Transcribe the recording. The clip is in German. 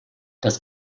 das